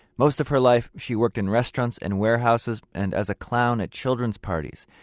most of her life she worked in restaurants and warehouses and as a clown at children's parties.